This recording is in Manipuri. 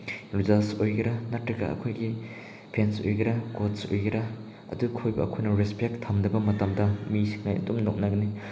ꯖꯠꯁ ꯑꯣꯏꯒꯦꯔ ꯅꯠꯇ꯭ꯔꯒ ꯑꯩꯈꯣꯏꯒꯤ ꯐꯦꯟꯁ ꯑꯣꯏꯒꯦꯔ ꯀꯣꯁ ꯑꯣꯏꯒꯦꯔ ꯑꯗꯨ ꯑꯩꯈꯣꯏꯅ ꯔꯦꯁꯄꯦꯛ ꯊꯝꯗꯕ ꯃꯇꯝꯗ ꯃꯤꯁꯤꯡꯅ ꯑꯗꯨꯝ ꯅꯣꯛꯅꯒꯅꯤ